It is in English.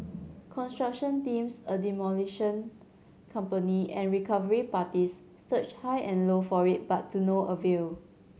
construction teams a demolition company and recovery parties search high and low for it but to no avail